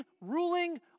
ruling